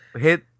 Hit